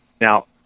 Now